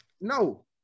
No